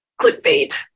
clickbait